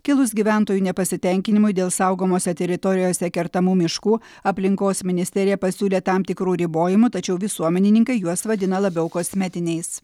kilus gyventojų nepasitenkinimui dėl saugomose teritorijose kertamų miškų aplinkos ministerija pasiūlė tam tikrų ribojimų tačiau visuomenininkai juos vadina labiau kosmetiniais